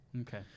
Okay